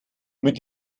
mit